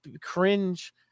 Cringe